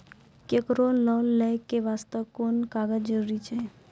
केकरो लोन लै के बास्ते कुन कागज जरूरी छै?